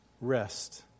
rest